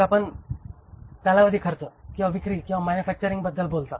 मग आपण कालावधी खर्च व विक्री आणि मॅन्युफॅक्चरिंगबद्दल बोलता